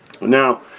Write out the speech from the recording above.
Now